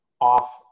off